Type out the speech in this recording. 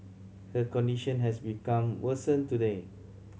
her condition has become worsen today